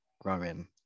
growing